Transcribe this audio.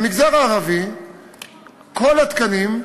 במגזר הערבי כל התקנים,